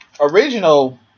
original